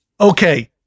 Okay